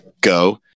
go